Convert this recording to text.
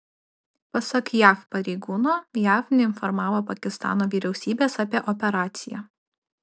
pasak jav pareigūno jav neinformavo pakistano vyriausybės apie operaciją